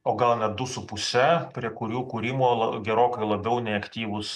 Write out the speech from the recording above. o gal net du su puse prie kurių kūrimo la gerokai labiau nei aktyvūs